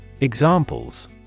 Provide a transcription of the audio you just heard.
Examples